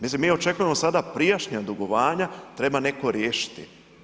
Mislim mi očekujemo sada prijašnja dugovanja, treba netko riješiti.